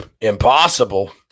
impossible